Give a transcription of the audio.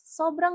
Sobrang